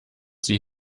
sie